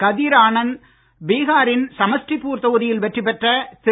கதிர் ஆனந்த் பீகாரின் சமஸ்டிபூர் தொகுதியில் வெற்றி பெற்ற திரு